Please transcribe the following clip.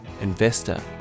investor